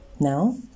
Now